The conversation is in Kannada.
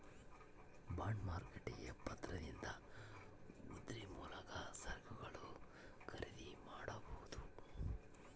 ಬಾಂಡ್ ಮಾರುಕಟ್ಟೆಯ ಪತ್ರದಿಂದ ಉದ್ರಿ ಮೂಲಕ ಸರಕುಗಳನ್ನು ಖರೀದಿ ಮಾಡಬೊದು